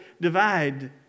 divide